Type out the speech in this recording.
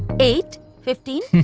eight. fifteen,